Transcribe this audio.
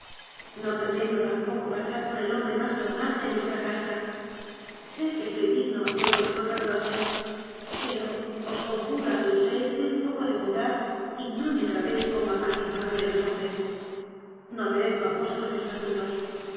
no pretendo tampoco pasar por el hombre más formal de nuestra casta sé que soy digno de vuestros reproches pero os conjuro a que uséis de un poco de bondad y no me tratéis como al más infame de los hombres no merezco apos trofes tan duros